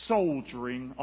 Soldiering